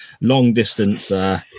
long-distance